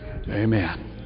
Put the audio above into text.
Amen